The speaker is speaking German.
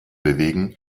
bewegen